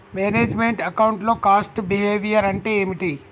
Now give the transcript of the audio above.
Manage meant account లో cost behaviour అంటే ఏమిటి?